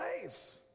place